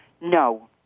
No